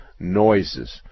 noises